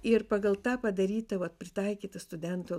ir pagal tą padarytą vat pritaikyta studento